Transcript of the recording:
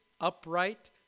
upright